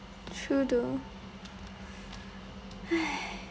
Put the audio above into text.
true though !hais!